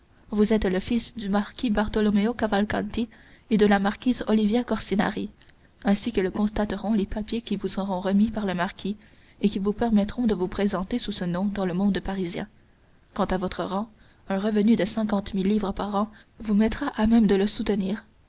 vous êtes le fils du marquis bartolomeo cavalcanti et de la marquise olivia corsinari ainsi que le constateront les papiers qui vous seront remis par le marquis et qui vous permettront de vous présenter sous ce nom dans le monde parisien quant à votre rang un revenu de cinquante mille livres par an vous mettra à même de le soutenir